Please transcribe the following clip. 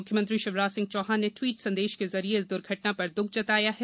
म्ख्यमंत्री शिवराज सिंह चौहान ने ट्वीट संदेश के जरिए इस द्र्घटना पर द्ख जताया है